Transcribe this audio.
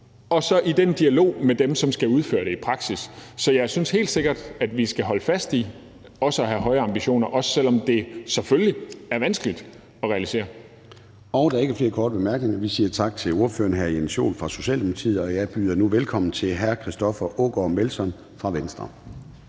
– og i dialog med dem, som skal udføre det i praksis. Så jeg synes helt sikkert, at vi skal holde fast i også at have høje ambitioner, også selv om det selvfølgelig er vanskeligt at realisere. Kl. 13:14 Formanden (Søren Gade): Der er ikke flere korte bemærkninger. Vi siger tak til ordføreren, hr. Jens Joel fra Socialdemokratiet, og jeg byder nu velkommen til hr. Christoffer Aagaard Melson fra Venstre.